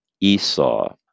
Esau